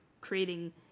creating